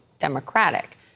Democratic